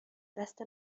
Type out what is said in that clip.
دست